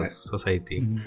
society